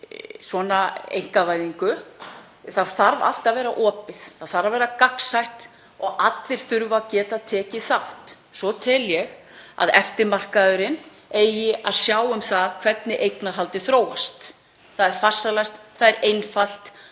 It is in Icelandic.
svona einkavæðingu — það þarf allt að vera opið, það þarf að vera gagnsætt og allir þurfa að geta tekið þátt. Svo tel ég að eftirmarkaðurinn eigi að sjá um hvernig eignarhaldið þróast. Það er farsælast, það er einfalt.